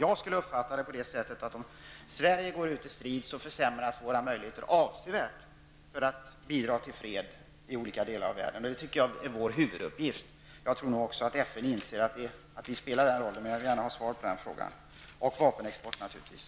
Jag uppfattar det så att om Sverige går ut i strid, försämras avsevärt våra möjligheter att bidra till fred i olika delar av världen, vilket jag tycker är vår huvuduppgift. Jag tror nog att också FN inser att Sverige spelar den rollen, men jag vill gärna ha svar på den frågan liksom naturligtvis på frågan om vapenexporten.